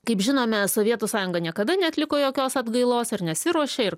kaip žinome sovietų sąjunga niekada neatliko jokios atgailos ir nesiruošia ir